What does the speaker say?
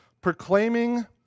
proclaiming